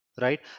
right